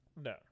No